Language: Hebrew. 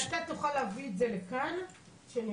ואתה תוכל להביא את זה לכאן שנראה?